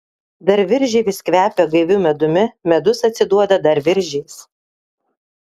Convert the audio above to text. dar viržiai vis kvepia gaiviu medumi medus atsiduoda dar viržiais